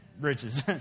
riches